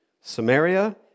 Samaria